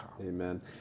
Amen